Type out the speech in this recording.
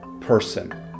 person